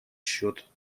счет